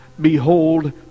Behold